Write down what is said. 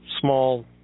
small